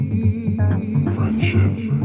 Friendship